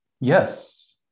yes